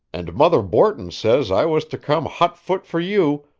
and mother borton says i was to come hot-foot for you,